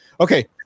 Okay